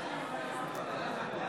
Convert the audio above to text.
נגד יוראי